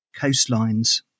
coastlines